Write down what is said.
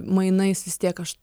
mainais vis tiek aš